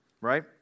Right